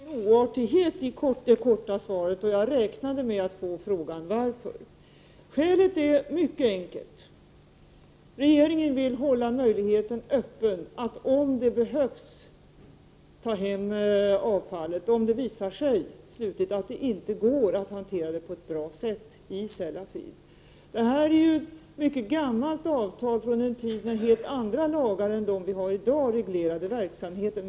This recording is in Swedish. Fru talman! Det låg ingen oartighet i det korta svaret, och jag räknade med att få frågan varför. Skälet är mycket enkelt. Regeringen vill hålla möjligheten öppen att om det behövs ta hem avfallet, om det till slut visar sig att det inte kan hanteras på ett bra sätt i Sellafield. Detta är ett mycket gammalt avtal från den tid verksamheten reglerades av helt andra lagar än dem vi har i dag. Men det är ju giltigt.